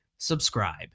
subscribe